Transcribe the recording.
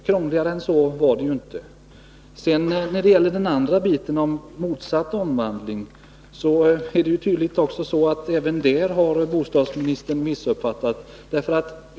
Krångligare än så var det inte. När det gäller den andra biten, om motsatt omvandling, är det tydligt att bostadsministern även där har missuppfattat saken.